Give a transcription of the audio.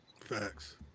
Facts